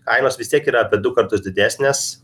kainos vis tiek yra apie du kartus didesnės